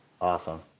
awesome